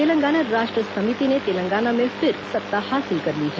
तेलंगाना राष्ट्र समिति ने तेलंगाना में फिर सत्ता हासिल कर ली है